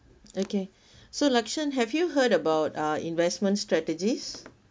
okay so lakshen have you heard about uh investment strategies